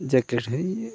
jacket ᱦᱚᱧ